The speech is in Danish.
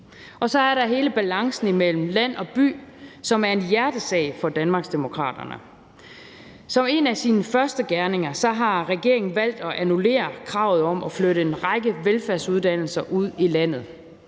Så er der hele balancen mellem land og by, som er en hjertesag for Danmarksdemokraterne. Som en af sine første gerninger har regeringen valgt at annullere kravet om at flytte en række velfærdsuddannelser ud i landet.